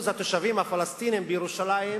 התושבים הפלסטינים בירושלים הם